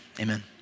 Amen